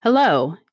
Hello